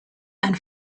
and